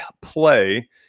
play